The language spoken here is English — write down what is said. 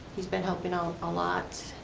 he's been helping out a lot,